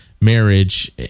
marriage